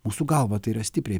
mūsų galva tai yra stipriai